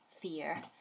fear